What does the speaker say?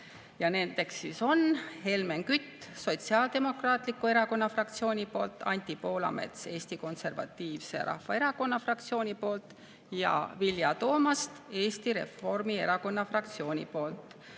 Nendeks on Helmen Kütt Sotsiaaldemokraatliku Erakonna fraktsiooni poolt, Anti Poolamets Eesti Konservatiivse Rahvaerakonna fraktsiooni poolt ja Vilja Toomast Eesti Reformierakonna fraktsiooni poolt.